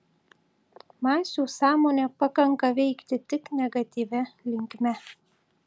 masių sąmonę pakanka veikti tik negatyvia linkme